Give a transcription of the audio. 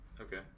Okay